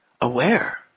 aware